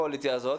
פופוליסטי?